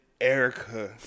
Erica